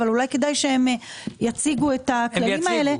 אבל אולי כדאי שהם יציגו את הכללים האלה.